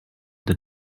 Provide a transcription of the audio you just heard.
the